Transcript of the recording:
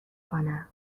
کنم